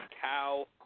cow